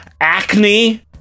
Acne